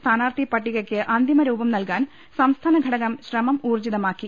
സ്ഥാനാർഥി പട്ടികയ്ക്ക് അന്തിമരൂപം നൽകാൻ സംസ്ഥാന ഘടകം ശ്രമം ഊർജ്ജിതമാക്കി